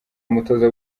umutoza